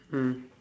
mm